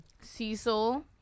Cecil